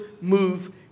move